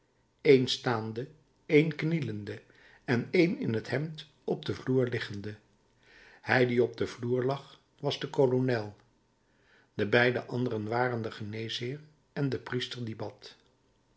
een staande een knielende en een in t hemd op den vloer liggende hij die op den vloer lag was de kolonel de beide anderen waren de geneesheer en de priester